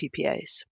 PPAs